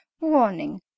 warning